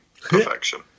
perfection